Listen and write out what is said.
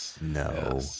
No